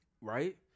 Right